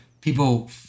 people